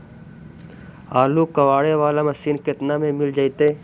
आलू कबाड़े बाला मशीन केतना में मिल जइतै?